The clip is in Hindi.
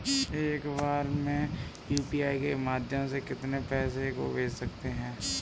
एक बार में यू.पी.आई के माध्यम से कितने पैसे को भेज सकते हैं?